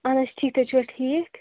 اہن حظ ٹھیٖک تُہۍ چھُوا ٹھیٖک